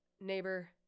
neighbor